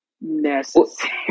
necessary